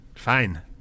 Fine